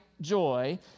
joy